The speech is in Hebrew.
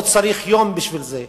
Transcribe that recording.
לא צריך יום בשביל זה,